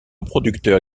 producteur